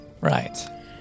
Right